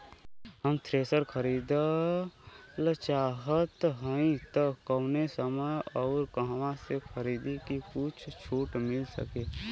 हम थ्रेसर खरीदल चाहत हइं त कवने समय अउर कहवा से खरीदी की कुछ छूट मिल सके?